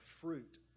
fruit